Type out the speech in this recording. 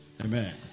Amen